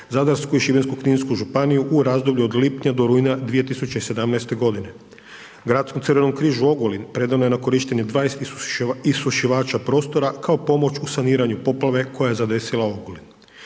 Zadarsku i Šibensko-kninsku županiju u razdoblju od lipnja do rujna 2017. godine. Gradskom Crvenom križu Ogulin predano je na korištenje 20 isušivača prostora kao pomoć u saniranju poplave koje je zadesila Ogulin.